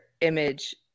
image